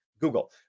Google